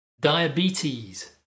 diabetes